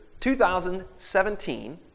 2017